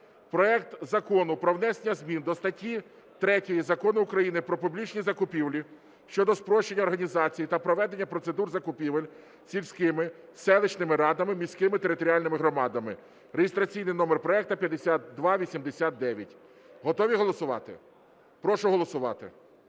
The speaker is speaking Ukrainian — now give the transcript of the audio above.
проект Закону про внесення змін до статті 3 Закону України "Про публічні закупівлі" щодо спрощення організації та проведення процедур закупівель сільськими, селищними радами, міськими територіальними громадами (реєстраційний номер 5289). Готові голосувати? Прошу голосувати.